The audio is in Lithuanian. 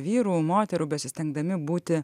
vyrų moterų besistengdami būti